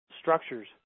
structures